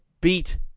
beat